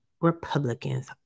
Republicans